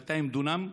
200 דונם,